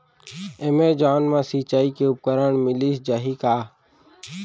Amazon मा सिंचाई के उपकरण मिलिस जाही का?